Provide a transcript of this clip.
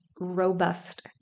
robust